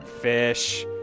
fish